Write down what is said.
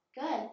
Good